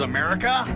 America